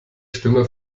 stimme